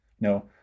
No